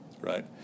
right